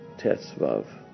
Tetzvav